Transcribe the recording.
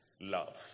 love